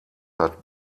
hat